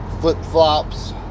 flip-flops